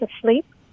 asleep